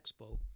Expo